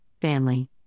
family